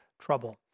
trouble